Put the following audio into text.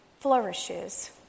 flourishes